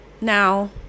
Now